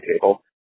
table